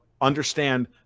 understand